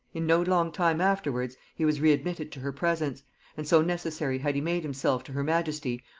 in no long time afterwards, he was readmitted to her presence and so necessary had he made himself to her majesty,